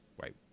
right